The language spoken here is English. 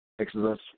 Exodus